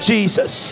Jesus